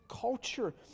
culture